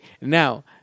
Now